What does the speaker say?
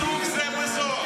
עיסוק זה בזו.